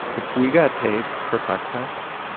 if we got paid per podcast,